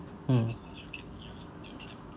mm